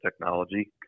technology